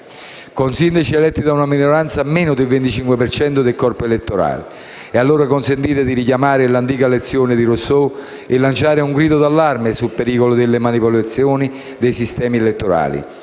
con Sindaci eletti da una minoranza, meno del 25 per cento del corpo elettorale. Ed allora consentitemi di richiamare l'antica lezione di Rousseau e lanciare un grido d'allarme sul pericolo delle manipolazioni dei sistemi elettorali